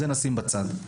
את זה נשים בצד.